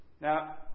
Now